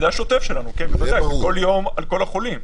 שזה השוטף שלנו, כן בוודאי, כל יום על כל החולים.